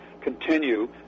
continue